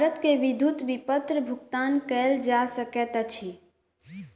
भारत मे विद्युत विपत्र भुगतान कयल जा सकैत अछि